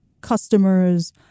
customers